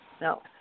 No